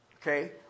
Okay